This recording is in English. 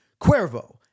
Cuervo